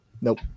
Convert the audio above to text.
Nope